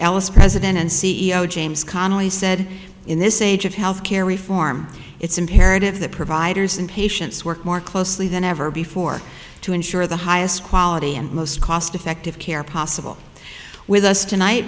ellis president and c e o james connelly said in this age of health care reform it's imperative that providers and patients work more closely than ever before to ensure the highest quality most cost effective care possible with us tonight